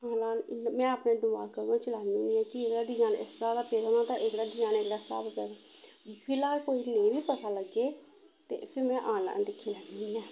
online में अपने दमाग पर चलानी आं कि एह्दा डिजाइन इस स्हाब दा पेदा ऐ ते एह्दा डिजाइन इस स्हाब दा फिलहाल कोई नेईं बी पता लग्गे ते फिर में आनलाइन दिक्खी लैन्नी आं